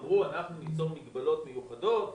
אמרו "אנחנו ניצור מגבלות מיוחדות",